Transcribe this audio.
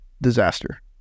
disaster